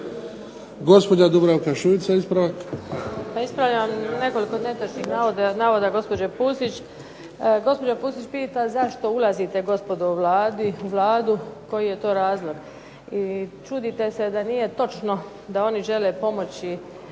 **Šuica, Dubravka (HDZ)** Pa ispravljam nekoliko netočnih navoda gospođe Pusić. Gospođa Pusić pita zašto ulazite gospodo u Vladu, koji je to razlog, i čudite se da nije točno da oni žele pomoći